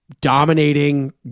dominating